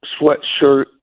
sweatshirt